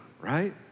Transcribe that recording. right